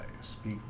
speak